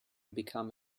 become